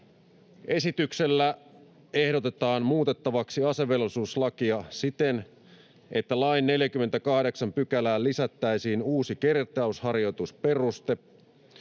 Esityksellä ehdotetaan muutettavaksi asevelvollisuuslakia siten, että lain 48 §:ään lisättäisiin uusi kertausharjoitusperuste.